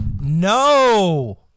no